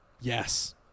Yes